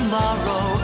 Tomorrow